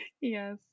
yes